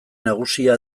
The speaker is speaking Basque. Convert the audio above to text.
nagusia